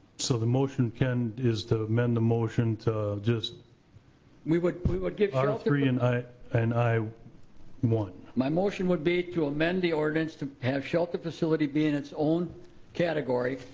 so the motion, ken is to amend the motion to just we would we would get shelter r three and i and i one? my motion would be to amend the ordinance to have shelter facility be in its own category,